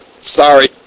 Sorry